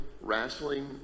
wrestling